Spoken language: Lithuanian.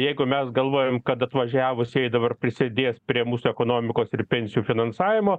jeigu mes galvojam kad atvažiavusieji dabar prisidės prie mūsų ekonomikos ir pensijų finansavimo